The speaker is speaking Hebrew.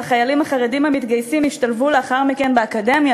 והחיילים החרדים המתגייסים ישתלבו לאחר מכן באקדמיה,